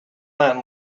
man